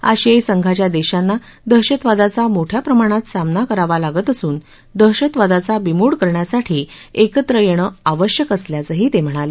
अशियाई संघाच्या देशांना दहशतवादाचा मोठ्या प्रमाणात सामना करावा लागत असून दहशतवादाचा बिमोड करण्यासाठी एकत्र येणं आवश्यक असल्याचंही ते म्हणाले